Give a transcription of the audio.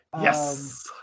Yes